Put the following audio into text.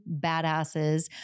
badasses